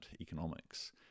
economics